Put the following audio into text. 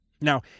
Now